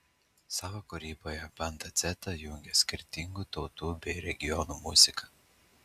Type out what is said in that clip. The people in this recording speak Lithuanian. savo kūryboje banda dzeta jungia skirtingų tautų bei regionų muziką